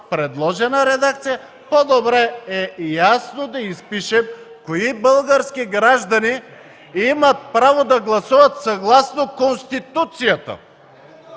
предложена редакция, по-добре е ясно да изпишем кои български граждани имат право да гласуват съгласно Конституцията.